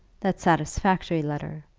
that satisfactory letter,